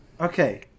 Okay